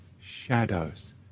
shadows